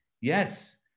Yes